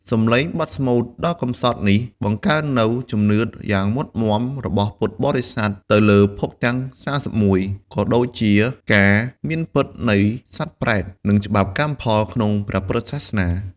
សំឡេងបទស្មូតដ៏កម្សត់នេះ បង្កើននូវ ជំនឿយ៉ាងមុតមាំ របស់ពុទ្ធបរិស័ទទៅលើភពទាំង ៣១ ក៏ដូចជាការមានពិតនៃសត្វប្រេត និងច្បាប់កម្មផលក្នុងព្រះពុទ្ធសាសនា។